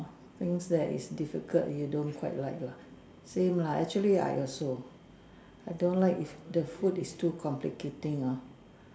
things that is difficult you don't quite like lah same lah actually I also I don't like if the food is too complicating hor